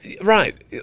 Right